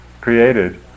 created